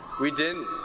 we didn't